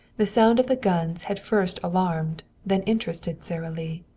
the sound of the guns had first alarmed, then interested sara lee.